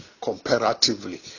comparatively